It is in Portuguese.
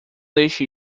deixe